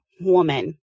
woman